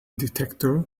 detector